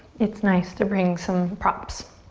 it's nice to bring some props.